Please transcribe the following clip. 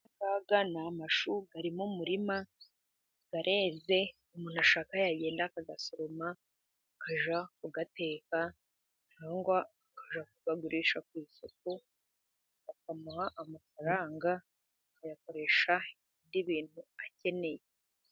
Aya ngaya ni amashu ari mu murima. Areze, umuntu ashaka yagenda akayasoroma akajya kuyateka, cyangwa akajya kuyagurisha ku isoko, bakamuha amafaranga, akayakoresha ibindi bintu akeneye.